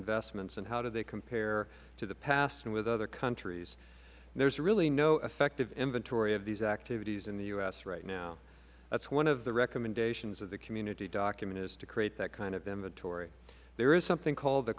investments and how do they compare to the past and with other countries there is really no effective inventory of these activities in the u s right now that is one of the recommendations of the community document to create that kind of inventory there is something called the